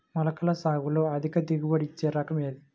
మొలకల సాగులో అధిక దిగుబడి ఇచ్చే రకం ఏది?